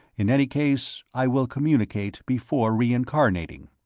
in any case, i will communicate before reincarnating.